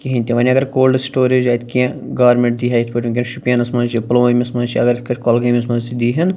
کِہیٖنۍ تہِ وۄنۍ اگر کولڈٕ سِٹوریج اَتہِ کیٚنٛہہ گورمیٚنٛٹ دی ہا یِتھ پٲٹھۍ وُنٛکیٚن شُپیَنَس منٛز چھُ پُلوٲمِس منٛز چھُ اگر یِتھ پٲٹھۍ کۄگٲمِس منٛز تہِ دی ہان